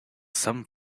some